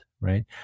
right